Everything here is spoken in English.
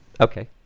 Okay